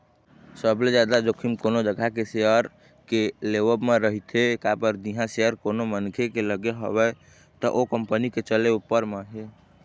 सबले जादा जोखिम कोनो जघा के सेयर के लेवब म रहिथे काबर जिहाँ सेयर कोनो मनखे के लगे हवय त ओ कंपनी के चले ऊपर म हे